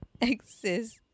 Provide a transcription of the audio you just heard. exist